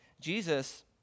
Jesus